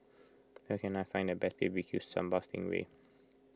where can I find the best B B Q Sambal Sting Ray